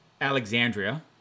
Alexandria